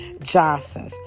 Johnson